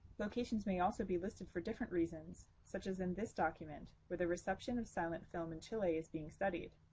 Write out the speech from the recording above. locations may also be listed for different reasons, such as in this document, where the reception of silent film in chile is being studied,